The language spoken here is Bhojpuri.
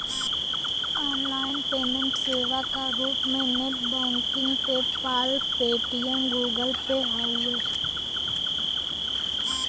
ऑनलाइन पेमेंट सेवा क रूप में net banking PayPal, Paytm, Google Pay हउवे